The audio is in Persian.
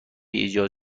ایجاد